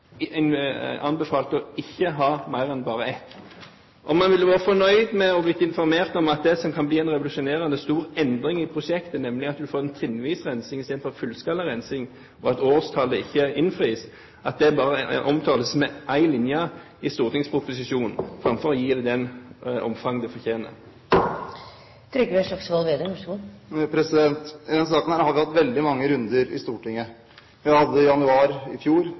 det som kan bli en revolusjonerende stor endring i prosjektet, nemlig at vi får en trinnvis rensing i stedet for fullskalarensing, og at årstallet ikke innfris, bare omtales med én linje i stortingsproposisjonen framfor å få det omfanget det fortjener. I denne saken har vi hatt veldig mange runder i Stortinget. Vi hadde det i januar i fjor,